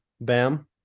Bam